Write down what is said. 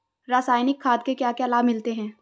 रसायनिक खाद के क्या क्या लाभ मिलते हैं?